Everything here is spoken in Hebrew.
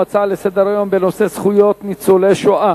הצעה לסדר-היום מס' 3904 בנושא: זכויות ניצולי השואה